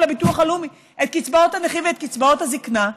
לביטוח הלאומי את קצבאות הנכים ואת קצבאות הזקנה.